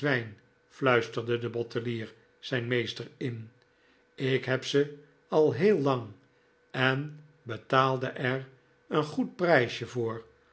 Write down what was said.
fluisterde de bottelier zijn meester in ik heb ze al heel lang en betaalde er een goed prijsje voor